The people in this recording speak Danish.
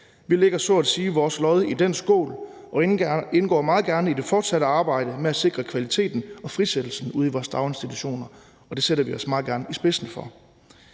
Vi lægger så at sige vores lod i den skål og indgår meget gerne i det fortsatte arbejde med at sikre kvaliteten og frisættelsen ude i vores daginstitutioner, og det stiller vi os meget gerne i spidsen for;